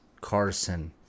Carson